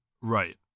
right